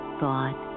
thought